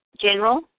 general